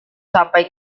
sampai